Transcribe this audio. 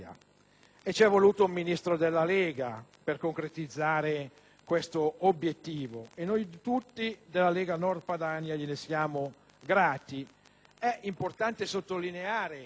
C'è voluto un Ministro della Lega per concretizzare tale obiettivo e noi tutti della Lega Nord Padania gliene siamo grati.